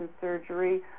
Surgery